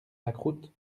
lacroute